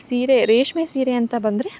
ಸೀರೆ ರೇಷ್ಮೆ ಸೀರೆ ಅಂತ ಬಂದರೆ